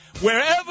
Wherever